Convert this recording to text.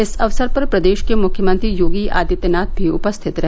इस अवसर पर प्रदेश के मुख्यमंत्री योगी आदित्यनाथ भी उपस्थित रहे